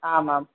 आमाम्